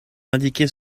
indiquer